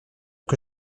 que